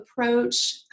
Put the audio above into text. approach